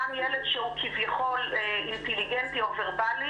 גם ילד שהוא כביכול אינטליגנטי או וורבלי